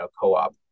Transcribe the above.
co-op